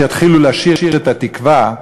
שיתחילו לשיר את "התקווה"